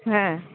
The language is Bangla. হ্যাঁ